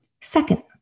Second